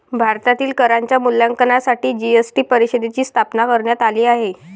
भारतातील करांच्या मूल्यांकनासाठी जी.एस.टी परिषदेची स्थापना करण्यात आली आहे